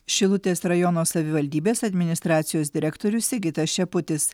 šilutės rajono savivaldybės administracijos direktorius sigitas šeputis